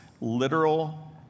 literal